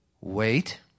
wait